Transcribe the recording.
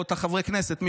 או את חברי הכנסת,